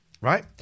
right